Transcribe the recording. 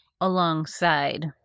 alongside